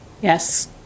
Yes